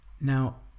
now